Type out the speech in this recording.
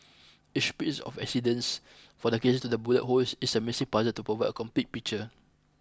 each piece of evidence from the cases to the bullet holes is a missing puzzle to provide a complete picture